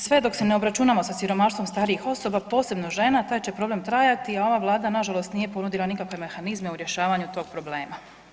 Sve dok se ne obračunamo sa siromaštvom starijih osoba, posebno žena, taj će problem trajati, a ova vlada nažalost nije ponudila nikakve mehanizme u rješavanju tog problema.